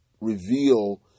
reveal